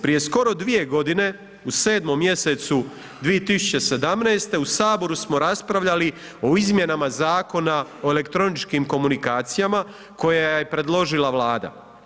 Prije skoro 2 godine u 7.mj 2017. u Saboru smo raspravljali o Izmjenama zakona o elektroničkim komunikacijama koje je predložila Vlada.